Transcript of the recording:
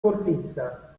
fortezza